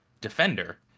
defender